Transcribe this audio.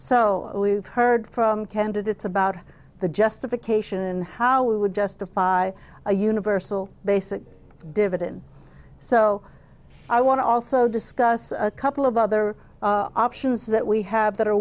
so we've heard from candidates about the justification how we would justify a universal basic dividend so i want to also discuss a couple of other options that we have that are